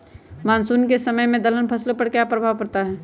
Monsoon के समय में दलहन फसलो पर क्या प्रभाव पड़ता हैँ?